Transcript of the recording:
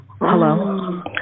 hello